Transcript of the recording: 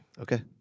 Okay